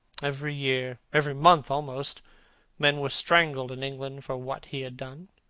every year every month, almost men were strangled in england for what he had done.